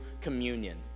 communion